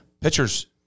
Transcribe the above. pitchers